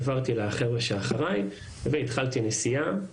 העברתי לחבר'ה שאחריי והתחלתי נסיעה.